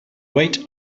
weight